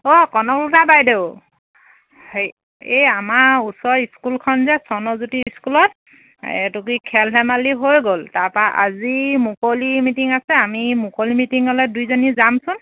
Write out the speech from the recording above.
অঁ কনকলতা বাইদেউ হেৰি এই আমাৰ ওচৰৰ স্কুলখন যে স্বৰ্ণজ্যোতি স্কুলত এইটো কি খেল ধেমালি হৈ গ'ল তাৰপৰা আজি মুকলি মিটিং আছে আমি মুকলি মিটিঙলৈ দুইজনী যামচোন